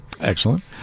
Excellent